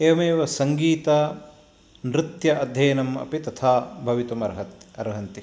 एवमेव सङ्गीतनृत्य अध्ययनम् अपि तथा भवितुमर्हति अर्हन्ति